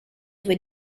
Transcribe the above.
due